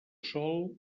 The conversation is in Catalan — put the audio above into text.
sol